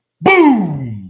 Boom